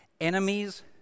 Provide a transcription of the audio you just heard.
enemies